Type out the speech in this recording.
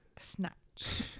snatch